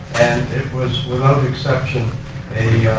and it was without exception a